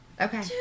Okay